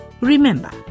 Remember